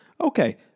Okay